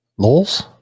lols